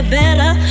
better